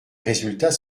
résultats